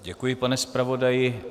Děkuji, pane zpravodaji.